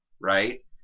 Right